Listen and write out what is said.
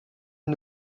n’a